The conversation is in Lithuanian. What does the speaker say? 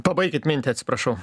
pabaikit mintį atsiprašau